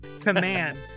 Command